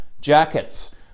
jackets